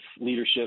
leadership